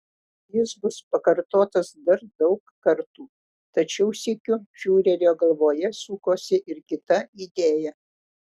jis bus pakartotas dar daug kartų tačiau sykiu fiurerio galvoje sukosi ir kita idėja